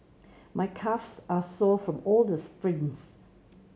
my calves are sore from all the sprints